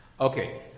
Okay